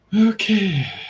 Okay